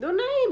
לא נעים.